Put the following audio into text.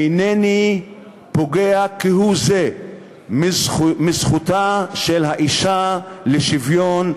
אינני פוגע כהוא-זה בזכותה של האישה לשוויון,